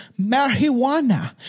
marijuana